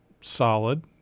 solid